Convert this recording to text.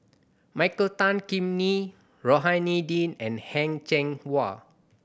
Michael Tan Kim Nei Rohani Din and Heng Cheng Hwa